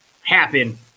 Happen